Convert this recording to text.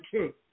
kick